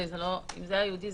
אם זה היה יהודי,